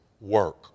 work